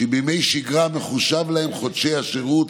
שבימי שגרה חודשי השירות